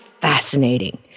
fascinating